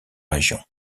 région